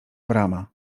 brama